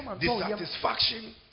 dissatisfaction